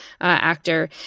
actor